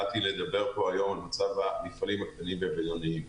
באתי לדבר היום על מצב המפעלים הקטנים והבינוניים.